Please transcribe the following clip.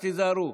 אז תיזהרו,